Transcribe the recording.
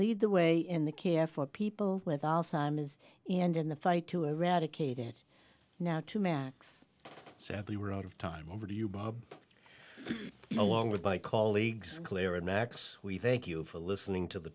lead the way in the care for people with alzheimer's and in the fight to eradicate it now to max sadly we're out of time over to you bob along with my colleagues claire and max we thank you for listening to the